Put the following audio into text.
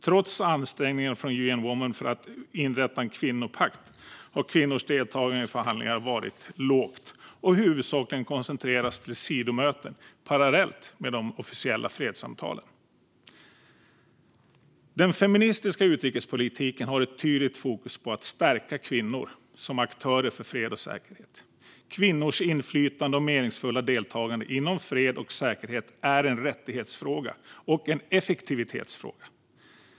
Trots ansträngningen från UN Women för att inrätta en kvinnopakt har kvinnors deltagande i förhandlingarna varit lågt och huvudsakligen koncentrerats till sidomöten, parallellt med de officiella fredssamtalen. Den feministiska utrikespolitiken har ett tydligt fokus på att stärka kvinnor som aktörer för fred och säkerhet. Kvinnors inflytande och meningsfulla deltagande inom fred och säkerhet är en rättighetsfråga - och en effektivitetsfråga.